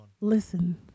Listen